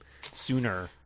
sooner